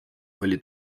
oli